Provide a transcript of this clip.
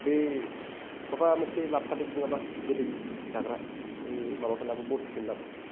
बे माबा मोनसे लाबोफादो नङाबा गोदै जाग्रा बे माबाखौनो लाबो बरफिखौनो लाबो